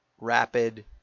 rapid